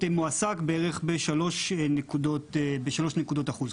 מועסק בערך בשלוש נקודות אחוז.